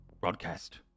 broadcast